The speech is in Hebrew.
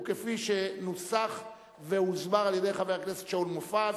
וכפי שנוסח והוסבר על-ידי חבר הכנסת שאול מופז.